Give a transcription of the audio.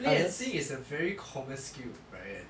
play and sing is a very common skill friend